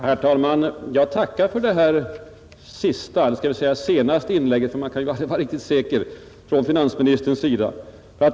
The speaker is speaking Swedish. Herr talman! Jag tackar för det sista — eller skall jag kanske säga det senaste, för man kan ju aldrig vara riktigt säker — inlägget av finansministern.